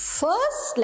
first